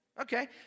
Okay